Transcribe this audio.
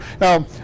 Now